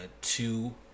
two